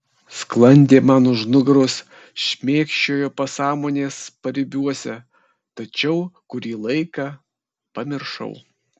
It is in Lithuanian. sklandė man už nugaros šmėkščiojo pasąmonės paribiuose tačiau kurį laiką pamiršau